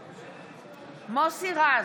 נגד מוסי רז,